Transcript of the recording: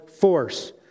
force